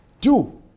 Two